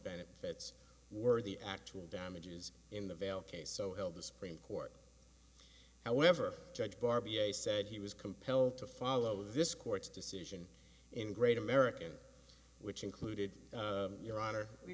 benefits were the actual damages in the vale case so l the supreme court however judge barbie i said he was compelled to follow this court's decision in great american which included your honor we